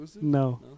No